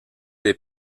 les